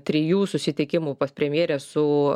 trijų susitikimų pas premjerę su